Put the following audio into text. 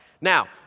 Now